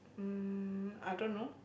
mm I don't know